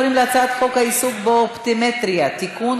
אני קובעת כי הצעת חוק דמי מחלה (היעדרות בשל מחלת ילד) (תיקון,